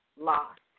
lost